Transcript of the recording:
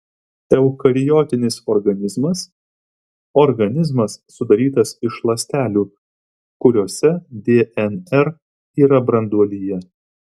eukariotinis organizmas organizmas sudarytas iš ląstelių kuriose dnr yra branduolyje